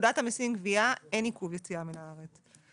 בפקודת המיסים (גבייה) אין עיכוב יציאה מן הארץ.